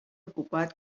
ocupat